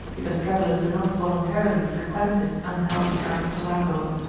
because travellers do not voluntarily frequent this unhealthy archipelago,